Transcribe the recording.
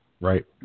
Right